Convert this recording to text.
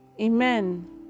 Amen